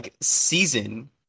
season